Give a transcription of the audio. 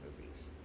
movies